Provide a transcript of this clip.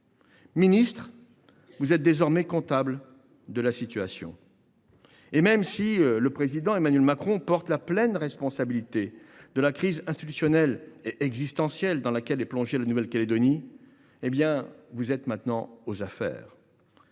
ministre, vous êtes désormais comptable de la situation. Et même si le président Emmanuel Macron porte la pleine responsabilité de la crise institutionnelle et existentielle dans laquelle est plongée la Nouvelle Calédonie, et si cette forme